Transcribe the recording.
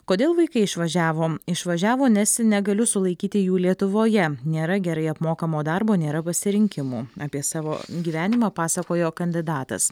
kodėl vaikai išvažiavo išvažiavo nes negaliu sulaikyti jų lietuvoje nėra gerai apmokamo darbo nėra pasirinkimų apie savo gyvenimą pasakojo kandidatas